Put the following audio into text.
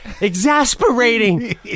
exasperating